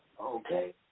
Okay